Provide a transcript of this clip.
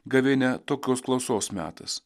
gavėnia tokios klausos metas